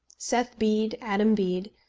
seth bede, adam bede,